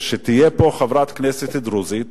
שתהיה פה חברת כנסת דרוזית,